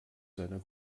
seiner